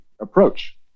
approach